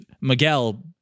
Miguel